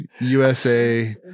USA